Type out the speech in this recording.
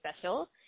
special